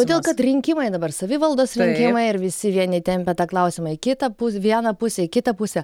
todėl kad rinkimai dabar savivaldos rinkimai ir visi vieni tempia tą klausimą į kitą pus viena pusę į kitą pusę